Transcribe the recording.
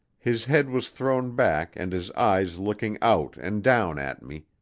his head was thrown back and his eyes looking out and down at me,